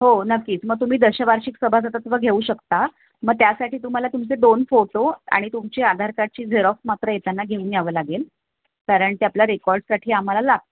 हो नक्कीच मग तुम्ही दशवार्षिक सभासदत्व घेऊ शकता मग त्यासाठी तुम्हाला तुमचे दोन फोटो आणि तुमची आधार कार्डची झेरॉक्स मात्र येताना घेऊन यावं लागेल कारण ते आपल्या रेकॉर्डसाठी आम्हाला लागतं